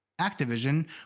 Activision